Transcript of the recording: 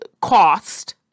cost